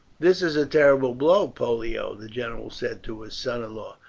this is a terrible blow, pollio, the general said to his son-in-law.